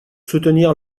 soutenir